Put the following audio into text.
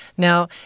Now